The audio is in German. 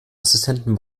assistenten